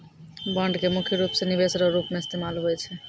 bond के मुख्य रूप से निवेश रो रूप मे इस्तेमाल हुवै छै